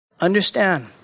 Understand